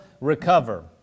recover